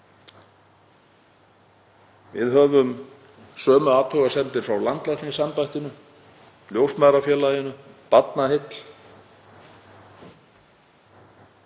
Við höfum sömu athugasemdir frá landlæknisembættinu, Ljósmæðrafélaginu, Barnaheill,